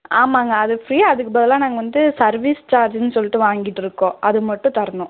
ஆமாங்க அது ஃப்ரீ அதுக்கு பதிலாக நாங்கள் வந்து சர்வீஸ் சார்ஜின்னு சொல்லிட்டு வாங்கிகிட்ருக்கோம் அது மட்டும் தரணும்